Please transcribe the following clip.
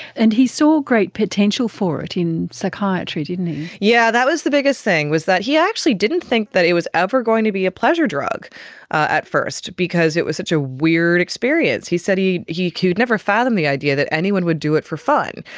and he saw great potential for it in psychiatry, didn't he. yes, yeah that was the biggest thing, was that he actually didn't think that it was ever going to be a pleasure drug at first because it was such a weird experience. he said he he could never fathom the idea that anyone would do it for fun.